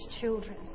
children